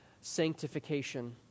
sanctification